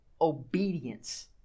obedience